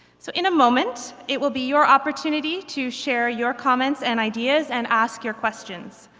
so in a moment, it will be your opportunity to share your comments and ideas and ask your questions.